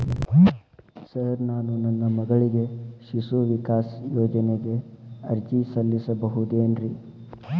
Sir ನಾನು ನನ್ನ ಮಗಳಿಗೆ ಶಿಶು ವಿಕಾಸ್ ಯೋಜನೆಗೆ ಅರ್ಜಿ ಸಲ್ಲಿಸಬಹುದೇನ್ರಿ?